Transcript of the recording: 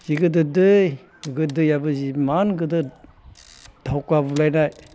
जि गिदिर दै दैआबो जिमान गिदिर थावखा बुलायनाय